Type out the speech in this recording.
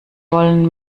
wollen